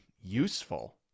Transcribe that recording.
useful